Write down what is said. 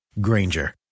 granger